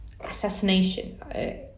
assassination